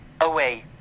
away